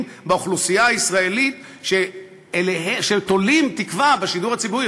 באוכלוסייה הישראלית שתולים תקווה בשידור הציבורי,